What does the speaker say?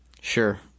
Sure